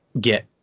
get